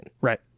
Right